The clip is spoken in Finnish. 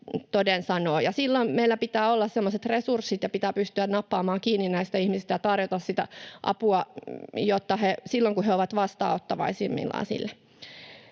Silloin meillä pitää olla semmoiset resurssit, että pystytään nappaamaan kiinni näistä ihmisistä ja tarjoamaan apua silloin kun he ovat vastaanottavaisimmillaan